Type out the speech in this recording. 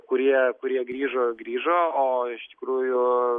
kurie kurie grįžo grįžo o iš tikrųjų